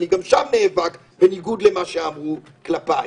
אני גם שם נאבק בניגוד למה שאמרו כלפיי.